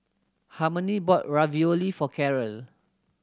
Harmony bought Ravioli for Caryl